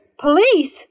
Police